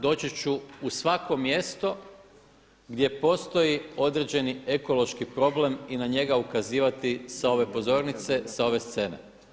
Doći ću u svako mjesto gdje postoji određeni ekološki problem i na njega ukazivati sa ove pozornice, sa ove scene.